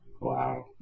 Wow